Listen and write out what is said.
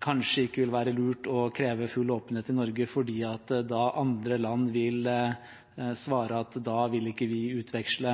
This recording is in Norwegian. kanskje ikke vil være lurt å kreve full åpenhet i Norge fordi andre land da vil svare at da vil ikke vi utveksle